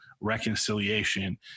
reconciliation